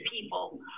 people